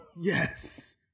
Yes